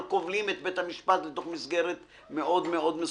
אבל מצד אחר כובלים את בית המשפט לתוך מסגרת מאוד מסוימת.